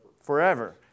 Forever